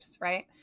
right